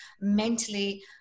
mentally